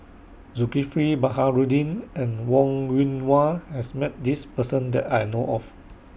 Zulkifli Baharudin and Wong Yoon Wah has Met This Person that I know of